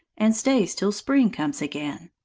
and stays till spring comes again.